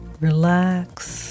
Relax